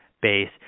base